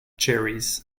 cherries